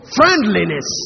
friendliness